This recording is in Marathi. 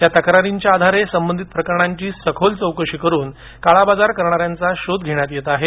या तक्रारींच्या आधारे संबंधित प्रकरणांची सखोल चौकशी करून काळबाजार करणाऱ्यांचा शोध घेण्यात येत आहे